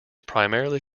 primarily